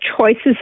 choices